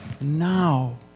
now